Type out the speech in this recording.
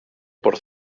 por